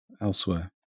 elsewhere